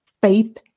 faith